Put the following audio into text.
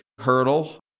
hurdle